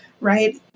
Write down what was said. Right